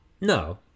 no